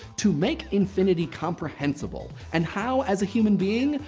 to make infinity comprehensible. and how, as a human being,